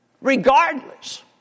Regardless